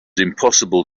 impossible